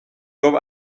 گفت